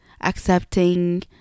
Accepting